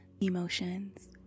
emotions